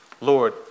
Lord